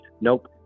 nope